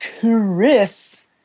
chris